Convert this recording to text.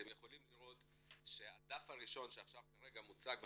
אתם יכולים לראות שהדף הראשון שכרגע מוצג במערכת,